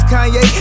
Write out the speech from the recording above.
Kanye